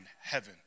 heaven